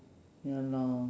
ya lor